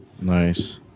Nice